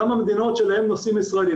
גם במדינות שאליהן נוסעים ישראלים.